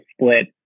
split